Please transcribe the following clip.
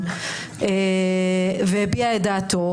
הנסיעות לחו"ל --- אלוף הרעיונות --- ואנחנו נגיד את זה שוב ושוב.